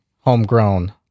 homegrown